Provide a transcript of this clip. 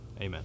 Amen